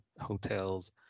hotels